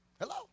Hello